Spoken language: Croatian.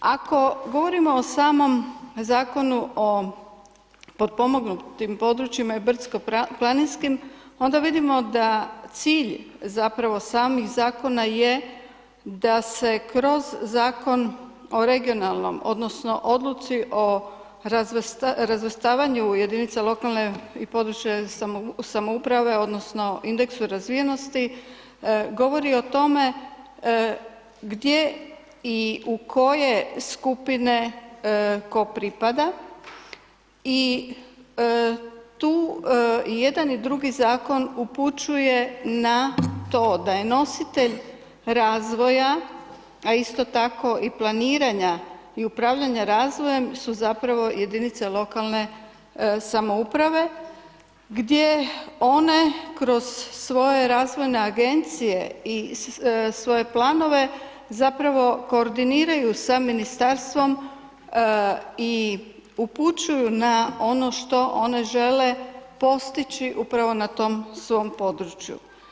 Ako govorimo o samom Zakonu o potpomognutim područjima i brdsko-planinskim, onda vidimo da cilj zapravo samih zakona je da se kroz zakon o regionalnom odnosno Odluci o razvrstavanju jedinica lokalne i područne samouprave, odnosno indeksu razvijenosti, govori o tome gdje i u koje skupine tko pripada i tu i jedan i drugi zakon upućuje na to da je nositelj razvoja, a isto tako i planiranja i upravljanja razvojem su zapravo jedinice lokalne samouprave gdje one kroz svoje razvojne agencije i svoje planove zapravo koordiniraju sa ministarstvom i upućuju na ono što one žele postići upravo na tom svom području.